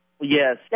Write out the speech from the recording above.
Yes